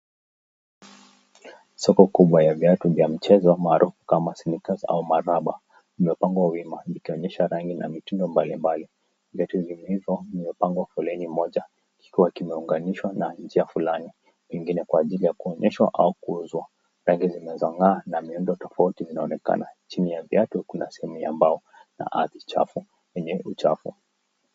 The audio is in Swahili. Soko kubwa ya viatu vya mchezo, maarufu kama snikas ama maraba, imepangwa wima, ikionyesha rangi ya vipimo mbalimbali, imetengenezwa ikiwa imepangwa foleni moja, kikiwa kimeunganishwa na njia fulani, ingine kwa ajili ya kuonyeshwa au kuuzwa, rangi zinazong'aa ya miundo tofauti inaonekana chini ya viatu kuna sehemu ya mbao na ardhi chafu, yenye uchafu.